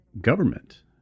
government